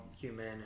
human